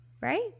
right